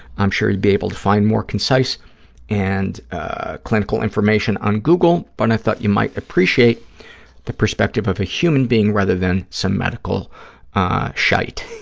i'm sure you'd be able to find more concise and ah clinical information on google, but i thought you might appreciate the perspective of a human being rather than some medical shyte.